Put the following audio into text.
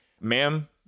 ma'am